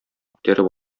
күтәреп